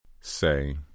Say